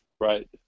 right